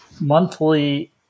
monthly